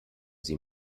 sie